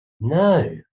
No